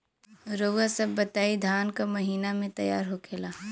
रउआ सभ बताई धान क महीना में तैयार होखेला?